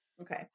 Okay